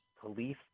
police